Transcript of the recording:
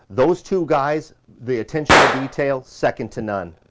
those two guys, the attention to detail, second to none.